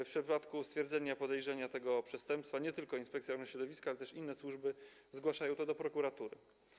W przypadku stwierdzenia podejrzenia tego przestępstwa nie tylko Inspekcja Ochrony Środowiska, ale też inne służby zgłaszają to do prokuratury.